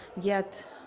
get